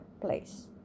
place